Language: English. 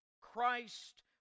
Christ